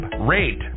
rate